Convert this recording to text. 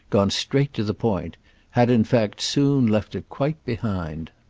gone straight to the point had in fact soon left it quite behind.